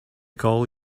call